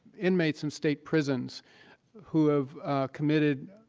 inmates in state prisons who have committed